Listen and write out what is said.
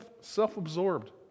self-absorbed